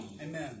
Amen